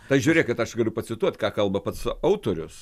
tad žiūrėkit aš galiu pacituot ką kalba pats autorius